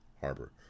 Harbor